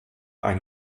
ein